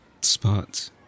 spot